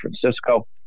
Francisco